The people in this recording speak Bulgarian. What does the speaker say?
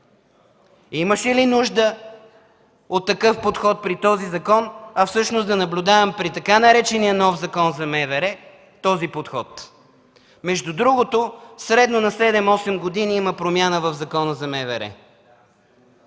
Имаше ли нужда от такъв подход при този закон, та всъщност да наблюдавам при така наречения Закон за МВР този подход? Между другото, средно на 7-8 години има промяна в Закона за МВР.